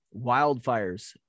wildfires